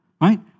right